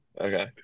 Okay